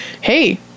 hey